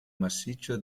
massiccio